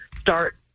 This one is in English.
start